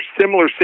similar